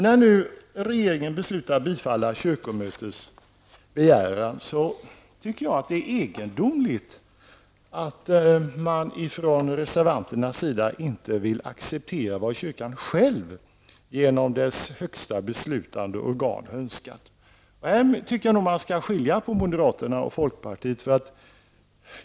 När nu regeringen beslutat att bifalla kyrkomötets begäran är det egendomligt att man från reservanternas sida inte vill acceptera vad kyrkan själv genom dess högsta beslutande organ önskat. I detta sammanhang tycker jag nog att man skall skilja på moderaterna och folkpartiet.